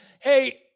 Hey